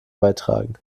beitragen